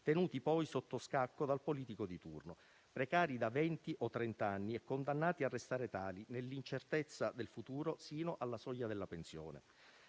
tenuti poi sotto scacco dal politico di turno, precari da venti o trent’anni e condannati a restare tali nell’incertezza del futuro, fino alla soglia della pensione.